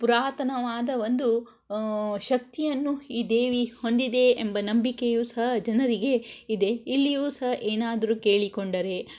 ಪುರಾತನವಾದ ಒಂದು ಶಕ್ತಿಯನ್ನು ಈ ದೇವಿ ಹೊಂದಿದೆ ಎಂಬ ನಂಬಿಕೆಯು ಸಹ ಜನರಿಗೆ ಇದೆ ಇಲ್ಲಿಯೂ ಸಹ ಏನಾದರೂ ಕೇಳಿಕೊಂಡರೆ